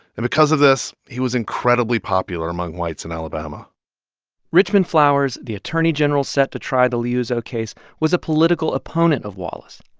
and because of this, he was incredibly popular among whites in alabama richmond flowers, the attorney general set to try the liuzzo case, was a political opponent of wallace.